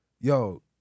Yo